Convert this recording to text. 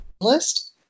list